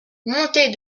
montée